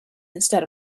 instead